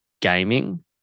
gaming